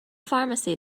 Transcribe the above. pharmacy